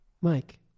mike